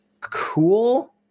cool